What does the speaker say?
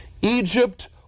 Egypt